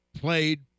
Played